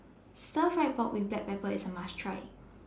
Stir Fry Pork with Black Pepper IS A must Try